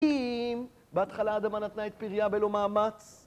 אם בהתחלה אדמה נתנה את פרייה בלא מאמץ